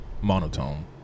monotone